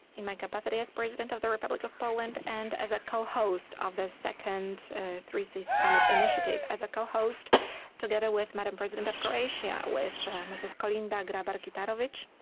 in my capacity as president of the republic of poland and as a co-host of the second three seas summit initiative as a co-host together with madam resident of croatia with mrs. kolinda grabar-kitarovic.